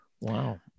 Wow